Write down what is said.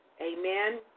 Amen